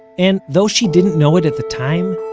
and though she didn't know it at the time,